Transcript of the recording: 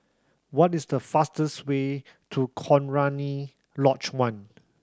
what is the fastest way to Cochrane Lodge One